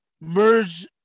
Merge